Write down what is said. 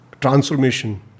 transformation